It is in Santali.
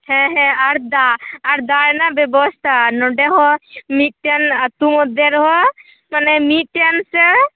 ᱦᱮ ᱦᱮ ᱟᱨ ᱫᱟᱜ ᱟᱨ ᱫᱟᱜ ᱨᱮᱱᱟᱜ ᱵᱮᱵᱚᱥᱛᱟ ᱱᱚᱸᱰᱮ ᱦᱚ ᱢᱤᱫᱴᱮᱱ ᱟᱛᱳ ᱢᱚᱫᱽᱫᱷᱮ ᱨᱮᱦᱚ ᱢᱟᱱᱮ ᱢᱤᱫᱴᱮᱱ ᱥᱮ